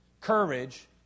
courage